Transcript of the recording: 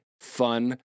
fun